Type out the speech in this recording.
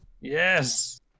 Yes